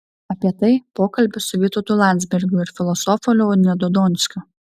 apie tai pokalbis su vytautu landsbergiu ir filosofu leonidu donskiu